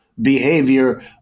behavior